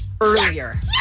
earlier